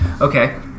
Okay